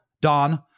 Don